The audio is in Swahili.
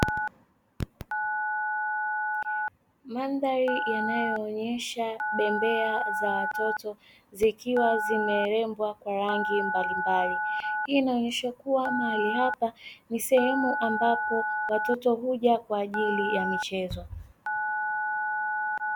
Mandhari yanayoonyesha bembea za watoto, zikiwa zimerembwa kwa rangi mbalimbali. Hii inaonyesha kuwa mahali hapa ni sehemu ambapo watoto huja kwa ajili ya michezo.